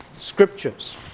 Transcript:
Scriptures